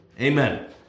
Amen